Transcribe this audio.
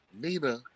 Nina